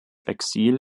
exil